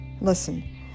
Listen